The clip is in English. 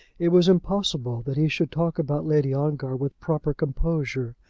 it was impossible that he should talk about lady ongar with proper composure.